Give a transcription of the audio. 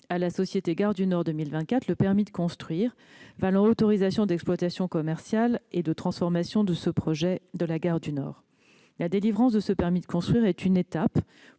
à la société Gare du Nord 2024 le permis de construire valant autorisation d'exploitation commerciale sur le projet de transformation de la gare du Nord. La délivrance de ce permis de construire est une